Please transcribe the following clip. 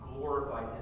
glorified